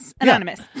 anonymous